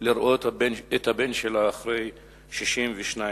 לראות את הבן שלה אחרי 62 שנה.